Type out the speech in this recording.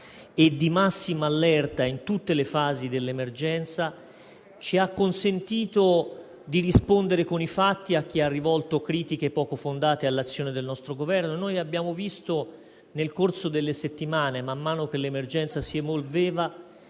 e di massima allerta in tutte le fasi dell'emergenza ci ha consentito di rispondere con i fatti a chi ha rivolto critiche poco fondate all'azione del nostro Governo. Nel corso delle settimane, man mano che l'emergenza si evolveva,